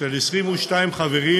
של 22 חברים,